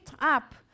up